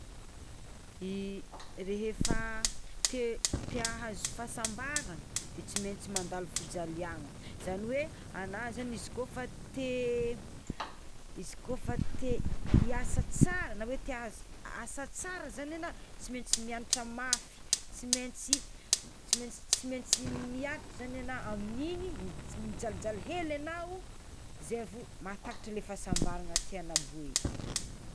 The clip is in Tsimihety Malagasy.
I rehefa te te ahazo fahasambarana de tsy maintsy mandalo fijaliagna, zany hoe agna zany izy kôfa te izy kôfa te hiasa tsara na hoe te ahazo asa tsara zany ana tsy maintsy miagnatra mafy, tsy maintsy tsy maintsy miaritry zany anao amin'igny mi- mijalijaly hely enao zay vao mahatakatra tiagnao be.